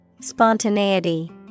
Spontaneity